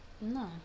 No